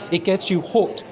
it gets you hooked,